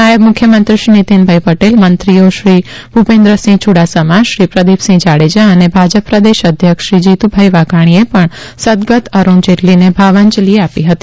નાયબ મુખ્યમંત્રી શ્રી નીતિનભાઈ પટેલ મંત્રીઓ શ્રી ભૂપેન્દ્રસિંહ ચૂડાસમા શ્રી પ્રદીપસિંહ જાડેજા અને ભાજપ પ્રદેશ અધ્યક્ષ શ્રી જીતુભાઈ વાઘાણીએ પણ સદગત અરૂણ જેટલીને ભાવાજંલિ આપી હતી